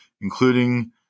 including